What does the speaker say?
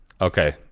Okay